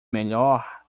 melhor